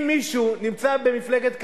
אם מישהו נמצא במפלגת קדימה,